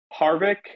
Harvick